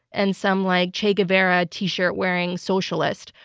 and some like che guevara t-shirt wearing socialist,